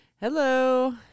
Hello